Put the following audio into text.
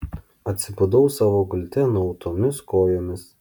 atsibudau savo gulte nuautomis kojomis